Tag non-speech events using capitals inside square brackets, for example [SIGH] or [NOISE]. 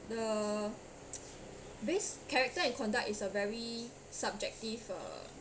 the [NOISE] base character and conduct is a very subjective uh